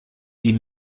die